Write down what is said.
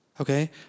okay